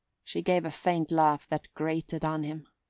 she gave a faint laugh that grated on him.